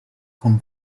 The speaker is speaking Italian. con